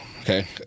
okay